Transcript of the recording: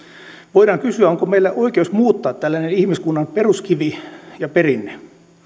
voidaan kysyä onko meillä oikeus muuttaa tällainen ihmiskunnan peruskivi ja perinne